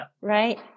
right